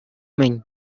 мӗн